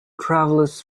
travelers